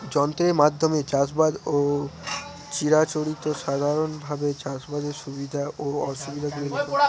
যন্ত্রের মাধ্যমে চাষাবাদ ও চিরাচরিত সাধারণভাবে চাষাবাদের সুবিধা ও অসুবিধা গুলি লেখ?